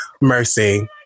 Mercy